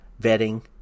Vetting